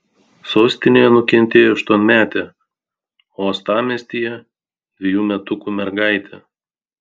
sostinėje nukentėjo aštuonmetė o uostamiestyje dvejų metukų mergaitė